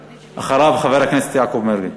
ואחריו, חבר הכנסת יעקב מרגי.